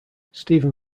stephen